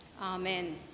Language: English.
Amen